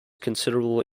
considerable